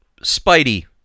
Spidey